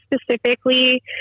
specifically